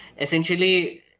essentially